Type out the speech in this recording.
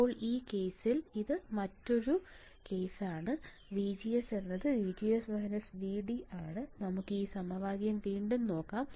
ഇപ്പോൾ ഈ കേസിൽ ഇത് മറ്റൊരു കേസാണ് VGS VGS VD നമുക്ക് ഈ സമവാക്യം വീണ്ടും നോക്കാം